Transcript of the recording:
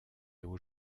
aux